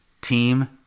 team